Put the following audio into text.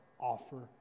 offer